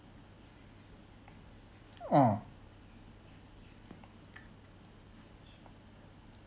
ah